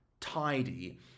tidy